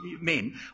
men